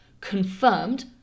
confirmed